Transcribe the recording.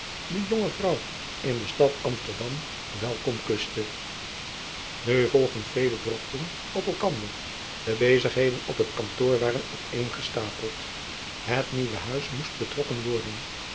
de jonge vrouw in de stad msterdam welkom kuste u volgen vele drokten op elkander e bezigheden op het kantoor waren op een gestapeld et nieuwe huis moest betrokken worden